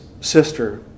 sister